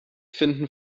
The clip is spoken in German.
finden